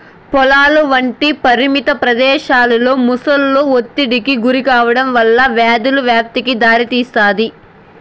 పొలాలు వంటి పరిమిత ప్రదేశాలలో మొసళ్ళు ఒత్తిడికి గురికావడం వల్ల వ్యాధుల వ్యాప్తికి దారితీస్తాది